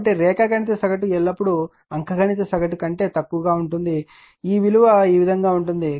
కాబట్టి రేఖాగణిత సగటు ఎల్లప్పుడూ అంఖ్యగణిత సగటు కంటే తక్కువగా ఉంటుంది అంటే ఈ విలువ ఈ విధంగా ఉంటుంది